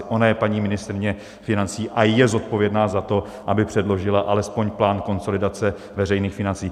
Ona je paní ministryně financí a je zodpovědná za to, aby předložila alespoň plán konsolidace veřejných financí.